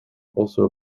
also